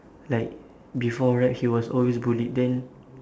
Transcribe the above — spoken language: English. like before rap he was always bullied then